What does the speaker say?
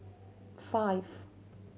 five